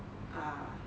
err